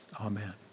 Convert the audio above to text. Amen